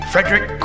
Frederick